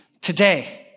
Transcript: today